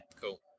Cool